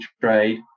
Trade